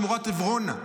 שמורת עברונה.